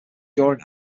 during